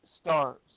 stars